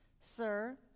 Sir